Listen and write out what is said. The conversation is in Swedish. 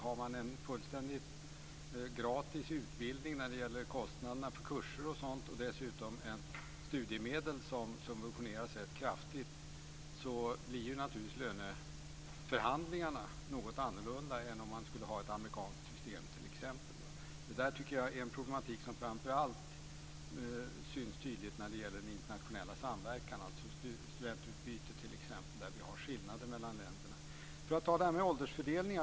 Har man en fullständigt gratis utbildning i fråga om kostnader för kurser och sådant och dessutom kraftigt subventionerade studiemedel blir naturligtvis löneförhandlingarna något annorlunda än med t.ex. ett amerikanskt system. Det är ett problem som syns tydligt i den internationella samverkan, t.ex. Sedan var det frågan om åldersfördelning.